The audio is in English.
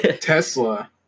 Tesla